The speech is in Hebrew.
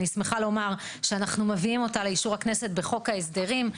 אני שמחה לומר שאנחנו מביאים אותה לאישור הכנסת בחוק ההסדרים.